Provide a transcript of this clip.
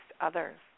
others